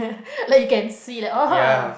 like you can see like orh